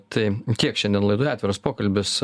tai tiek šiandien laidoje atviras pokalbis